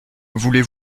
voulez